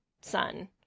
son